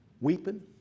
weeping